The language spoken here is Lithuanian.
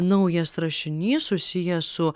naujas rašinys susijęs su